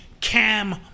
Cam